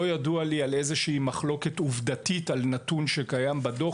בואו נסתכל על היעדים לקראת 2030. היעד בישראל להפחתת פליטות - 27%,